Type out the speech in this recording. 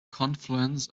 confluence